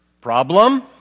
Problem